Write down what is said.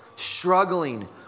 Struggling